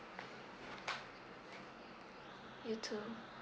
you too